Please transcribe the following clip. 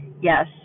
Yes